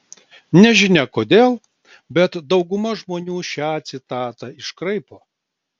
nežinia kodėl bet dauguma žmonių šią citatą iškraipo